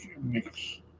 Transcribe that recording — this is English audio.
mix